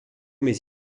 mais